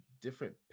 different